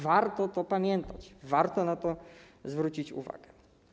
Warto to pamiętać, warto na to zwrócić uwagę.